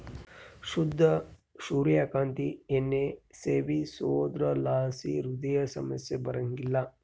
ಶುದ್ಧ ಸೂರ್ಯ ಕಾಂತಿ ಎಣ್ಣೆ ಸೇವಿಸೋದ್ರಲಾಸಿ ಹೃದಯ ಸಮಸ್ಯೆ ಬರಂಗಿಲ್ಲ